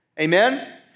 Amen